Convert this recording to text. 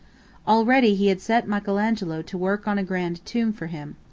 already he had set michael angelo to work on a grand tomb for him.